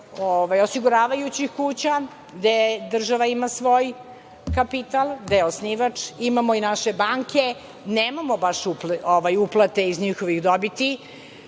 osiguravajućih kuća gde država ima svoj kapital, gde je osnivač, imamo i naše banke. Nemamo baš uplate iz njihovih dobiti,